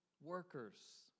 workers